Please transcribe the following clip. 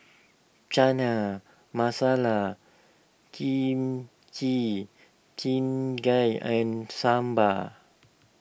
Chana Masala Kimchi Jjigae and Sambar